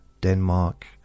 Denmark